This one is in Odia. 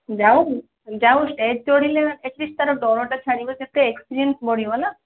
ଯାଉ ଯାଉ ଷ୍ଟେଜ୍ ଚଢ଼ିଲେ ଆର୍ଟିଲିଷ୍ଟ୍ ତା'ର ଡରଟା ଛାଡ଼ିବ କେତେ ଏକ୍ସପିରିଏନ୍ସ୍ ବଢ଼ିବ ନା